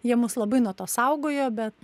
jie mus labai nuo to saugojo bet